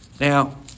Now